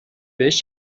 بهش